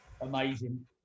amazing